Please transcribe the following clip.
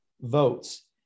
votes